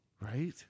right